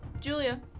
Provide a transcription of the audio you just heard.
Julia